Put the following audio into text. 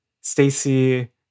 Stacy